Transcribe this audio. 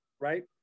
right